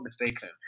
mistaken